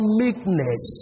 meekness